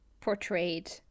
portrayed